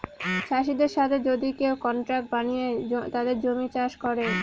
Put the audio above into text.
চাষীদের সাথে যদি কেউ কন্ট্রাক্ট বানিয়ে তাদের জমি চাষ করে